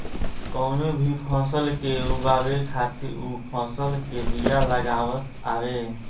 कवनो भी फसल के उगावे खातिर उ फसल के बिया लागत हवे